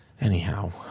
Anyhow